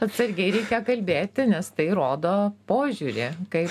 atsargiai reikia kalbėti nes tai rodo požiūrį kaip